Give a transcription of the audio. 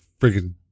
freaking